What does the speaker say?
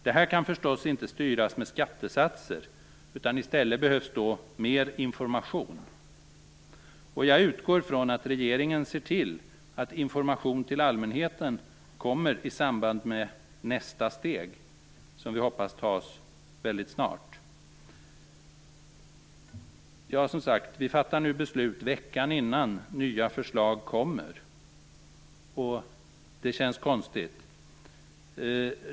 Det här kan förstås inte styras med skattesatser. I stället behövs mer information. Jag utgår från att regeringen ser till att information till allmänheten kommer i samband med nästa steg, som vi hoppas tas väldigt snart. Vi fattar nu beslut veckan innan nya förslag kommer. Det känns konstigt.